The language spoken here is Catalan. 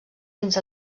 fins